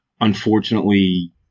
Unfortunately